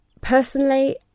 Personally